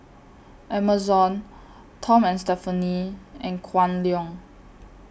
Amazon Tom and Stephanie and Kwan Loong